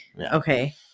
okay